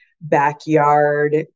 backyard